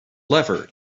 lever